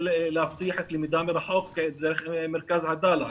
להבטיח את הלמידה מרחוק דרך מרכז עדאלה.